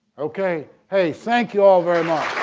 okay! hey! thank you all very much!